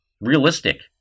realistic